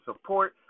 support